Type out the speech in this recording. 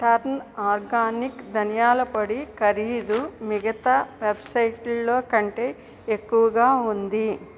turn organic ధనియాల పొడి ఖరీదు మిగతా వెబ్సైట్లలో కంటే ఎక్కువగా ఉంది